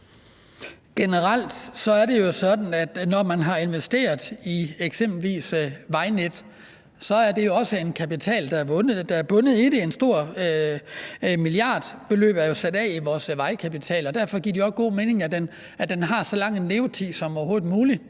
Generelt er det jo sådan, at når man har investeret i eksempelvis vejnet, er der også en kapital, der er bundet i det – et stort milliardbeløb er jo sat af til vores vejkapital – og derfor giver det også god mening, at den har så lang en levetid som overhovedet muligt.